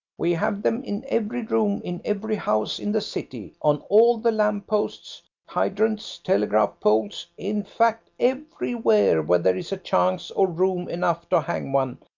we have them in every room in every house in the city, on all the lamp-posts, hydrants, telegraph poles, in fact everywhere where there is a chance or room enough to hang one,